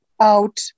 Out